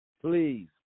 please